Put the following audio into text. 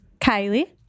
kylie